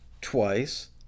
twice